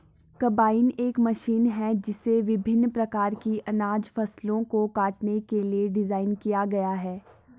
combine एक machine है जिसे विभिन्न प्रकार की अनाज फसलों को काटने के लिए डिज़ाइन किया गया है